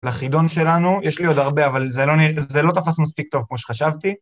לחידון שלנו, יש לי עוד הרבה אבל זה לא נראה, זה לא תפס מספיק טוב כמו שחשבתי.